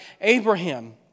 Abraham